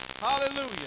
Hallelujah